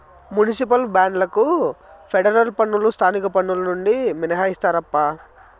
municipal బాండ్లకు federal పన్నులు స్థానిక పన్నులు నుండి మినహాయిస్తారప్పా